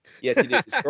Yes